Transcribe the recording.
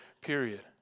period